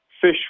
fish